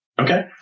Okay